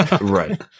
Right